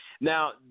Now